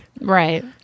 Right